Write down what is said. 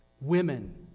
women